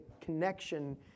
connection